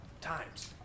times